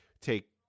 take